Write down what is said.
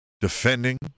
defending